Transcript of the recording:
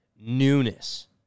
newness